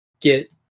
get